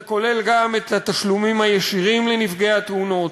זה כולל גם את התשלומים הישירים לנפגעי התאונות,